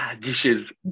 Dishes